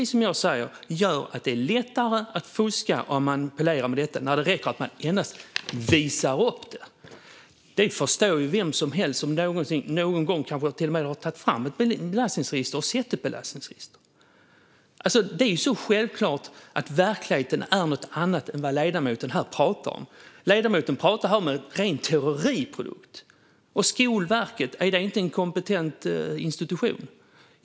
Som jag sa blir det lättare att fuska och manipulera när det räcker att man visar upp registerutdraget. Det förstår ju vem som helst som någon gång gått in i belastningsregistret och sett ett registerutdrag. Det är så självklart att verkligheten är något annat än vad ledamoten pratar om här. Ledamoten pratar om en ren teoriprodukt. Och Skolverket, är det inte en kompetent institution?